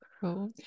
Cool